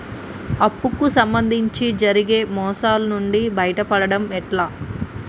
అప్పు కు సంబంధించి జరిగే మోసాలు నుండి బయటపడడం ఎట్లా?